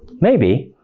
maybe.